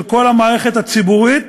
של כל המערכת הציבורית